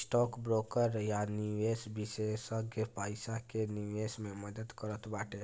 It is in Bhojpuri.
स्टौक ब्रोकर या निवेश विषेशज्ञ पईसा के निवेश मे मदद करत बाटे